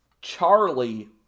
Charlie